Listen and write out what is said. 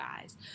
guys